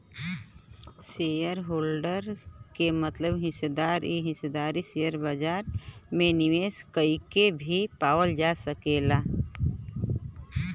shareholder क मतलब हिस्सेदार इ हिस्सेदारी शेयर बाजार में निवेश कइके भी पावल जा सकल जाला